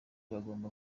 bagomba